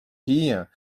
quilles